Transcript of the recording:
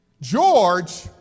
George